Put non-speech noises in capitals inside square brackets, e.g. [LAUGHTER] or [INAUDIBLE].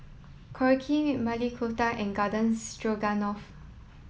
Korokke [UNINTELLIGIBLE] Maili Kofta and Garden Stroganoff